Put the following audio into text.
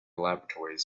laboratories